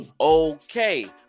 Okay